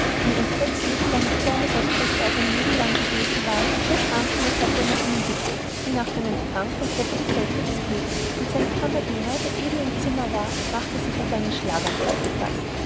wie entsetzlich seine zornesausbrüche auch sein lebenlang gewesen waren so schrankenlos hatte er noch nie getobt wie nach dem empfang von kapitän cedriks brief und sein kammerdiener der eben im zimmer war machte sich auf einen schlaganfall gefaßt